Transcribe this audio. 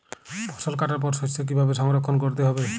ফসল কাটার পর শস্য কীভাবে সংরক্ষণ করতে হবে?